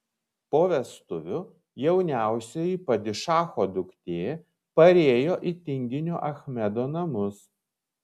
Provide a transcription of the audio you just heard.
po vestuvių jauniausioji padišacho duktė parėjo į tinginio achmedo namus